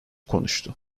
konuştu